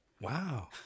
Wow